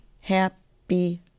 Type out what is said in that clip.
happy